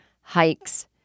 hikes